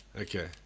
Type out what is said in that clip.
Okay